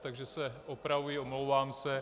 Takže se opravuji, omlouvám se.